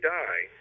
die –